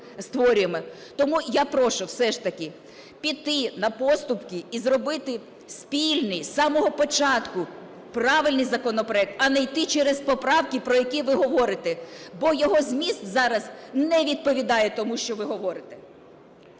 Тому я прошу все ж таки піти на поступки і зробити спільний, з самого початку правильний законопроект, а не йти через поправки, про які ви говорите, бо його зміст зараз не відповідає тому, що ви говорите.